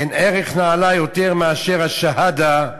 אין ערך נעלה יותר מאשר השהאדה,